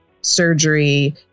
surgery